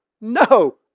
no